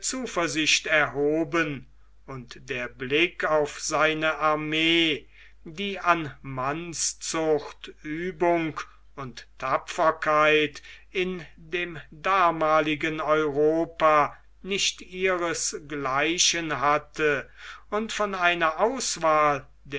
zuversicht erhoben und der blick auf seine armee die an mannszucht uebung und tapferkeit in dem damaligen europa nicht ihres gleichen hatte und von einer auswahl